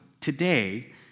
today